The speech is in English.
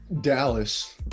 Dallas